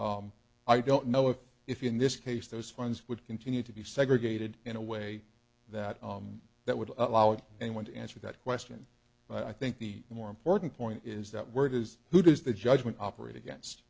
i don't know if if in this case those funds would continue to be segregated in a way that that would allow anyone to answer that question but i think the more important point is that word is who does the judgment operate against